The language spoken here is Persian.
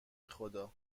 بخدا